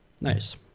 Nice